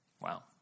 Wow